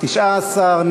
19,